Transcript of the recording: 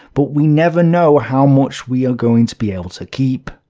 but we never know how much we are going to be able to keep,